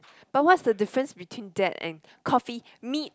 but what's the difference between that and coffee meet